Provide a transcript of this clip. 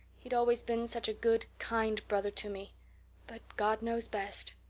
he'd always been such a good, kind brother to me but god knows best.